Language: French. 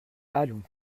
allons